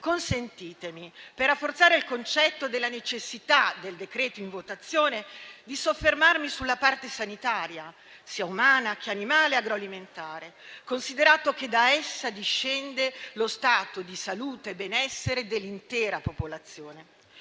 consentitemi, per rafforzare il concetto della necessità del decreto-legge in votazione, di soffermarmi sulla parte sanitaria, sia umana che animale e agroalimentare, considerato che da essa discende lo stato di salute e benessere dell'intera popolazione.